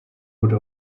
would